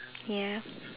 ya